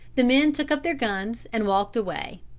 the men took up their guns and walked away.